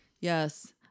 Yes